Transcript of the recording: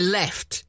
left